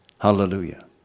Hallelujah